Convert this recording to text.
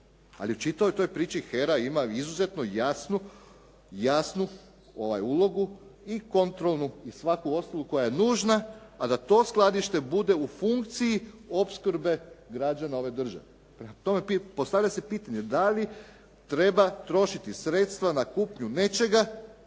ali u čitavoj toj priči HERA ima izuzetno jasnu ulogu i kontrolnu i svaku ostalu koja je nužna, a da to skladište bude u funkciji opskrbe građana ove države. Prema tome, postavlja se pitanje da li treba trošiti sredstva na kupnju nečega